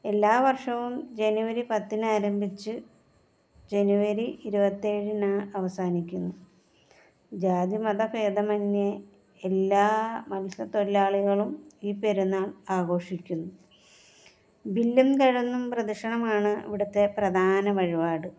എല്ലാ വർഷവും ജനുവരി പത്തിന് ആരംഭിച്ച് ജനുവരി ഇരുവത്തിഏഴിനാ അവസാനിക്കുന്നു ജാതി മത ഭേദമന്യേ എല്ലാ മത്സ്യത്തൊഴിലാളികളും ഈ പെരുന്നാൾ ആഘോഷിക്കുന്നു വില്ലും കിടന്നും പ്രദക്ഷിണമാണ് ഇവിടുത്തെ പ്രധാന വഴിപാട്